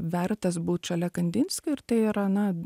vertas būt šalia kandinskio ir tai yra na